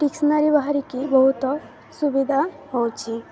dictionary ବାହାରିକି ବହୁତ ସୁବିଧା ହେଉଛି